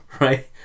Right